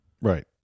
Right